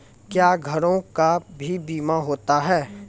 क्या घरों का भी बीमा होता हैं?